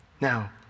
Now